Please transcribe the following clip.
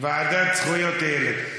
לוועדה לזכויות הילד.